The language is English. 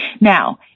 Now